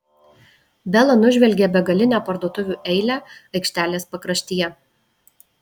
bela nužvelgė begalinę parduotuvių eilę aikštelės pakraštyje